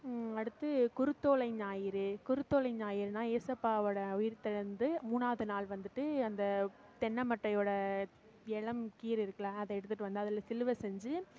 அடுத்து குருத்தோலை ஞாயிறு குருத்தோலை ஞாயிறுன்னா ஏசப்பாவோட உயிர்த்தெழுந்து மூணாவது நாள் வந்துவிட்டு அந்த தென்னை மட்டையோட இளம் கீரு இருக்குல அதை எடுத்துகிட்டு வந்து அதில் சிலுவை செஞ்சு